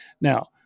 Now